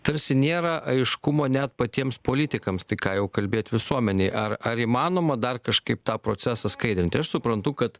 tarsi nėra aiškumo net patiems politikams tai ką jau kalbėt visuomenei ar ar įmanoma dar kažkaip tą procesą skaidrinti aš suprantu kad